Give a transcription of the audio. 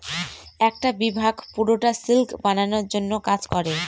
একটা বিভাগ পুরোটা সিল্ক বানানোর জন্য কাজ করে